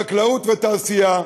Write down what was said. חקלאות ותעשייה,